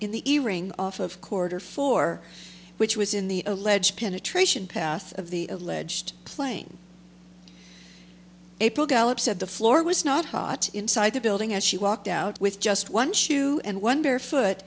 in the earring off of quarter four which was in the alleged penetration path of the alleged plane april gallop said the floor was not hot inside the building as she walked out with just one shoe and wonder foot